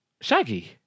Shaggy